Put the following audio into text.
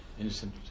innocent